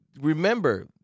remember